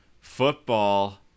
football